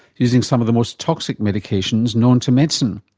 using some of the most toxic medications known to medicine.